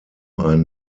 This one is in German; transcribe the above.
ein